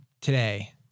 today